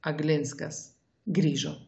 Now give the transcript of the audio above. aglinskas grįžo